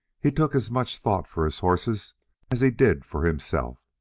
he took as much thought for his horses as he did for himself.